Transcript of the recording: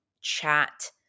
chat